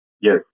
Yes